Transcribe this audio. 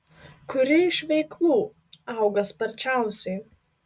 kuri iš veiklų auga sparčiausiai